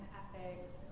ethics